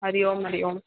Hari Om Hari Om